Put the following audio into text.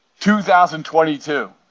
2022